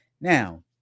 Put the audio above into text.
Now